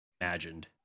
imagined